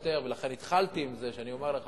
ולכן התחלתי עם זה שאני אומר לך